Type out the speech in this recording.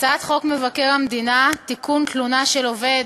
הצעת חוק מבקר המדינה (תיקון, תלונה של עובד